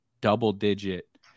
double-digit